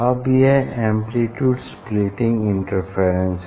अब यह amplitude splitting interference है